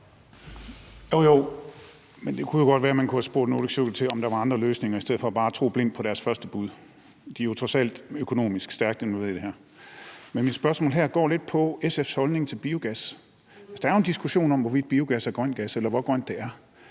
Jo jo, men det kunne jo godt være, at man kunne have spurgt Nordic Sugar til, om der var andre løsninger i stedet for bare at tro blindt på deres første bud. De er jo trods alt økonomisk stærkt involverede i det her. Men mit spørgsmål her går lidt på SF's holdning til biogas. Altså, der er jo en diskussion om, hvorvidt biogas er grøn gas, eller hvor grønt det er,